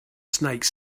snake